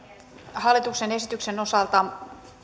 hallituksen esityksen osalta